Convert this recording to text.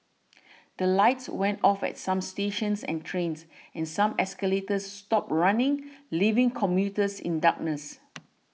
the lights went off at some stations and trains and some escalators stopped running leaving commuters in darkness